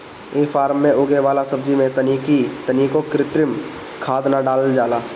इ फार्म में उगे वाला सब्जी में तनिको कृत्रिम खाद ना डालल जाला